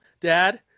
dad